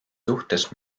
suhtes